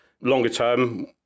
Longer-term